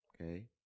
okay